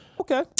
Okay